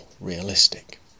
realistic